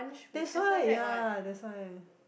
that's why ya that's why